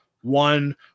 one